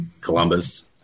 Columbus